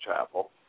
Chapel